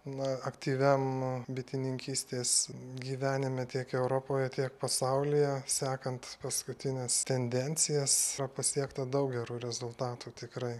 na aktyviam bitininkystės gyvenime tiek europoje tiek pasaulyje sekant paskutines tendencijas o pasiekta daug gerų rezultatų tikrai